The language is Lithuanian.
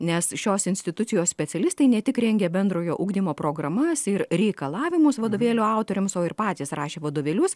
nes šios institucijos specialistai ne tik rengia bendrojo ugdymo programas ir reikalavimus vadovėlių autoriams o ir patys rašė vadovėlius